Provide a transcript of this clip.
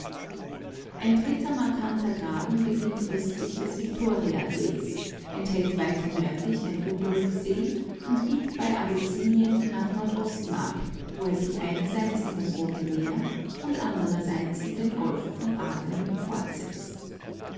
ein dritter markanter graben beginnt östlich des viktoriasees enthält weiter nördlich den rudolfsee und biegt bei abessinien nach nordosten ab wo er sich einerseits in das rote meer und andererseits in den golf von aden fortsetzt